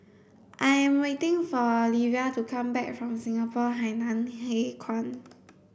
I am waiting for Livia to come back from Singapore Hainan Hwee Kuan